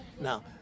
Now